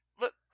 look